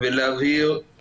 וזה רק הגל הראשון,